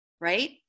right